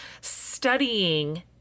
studying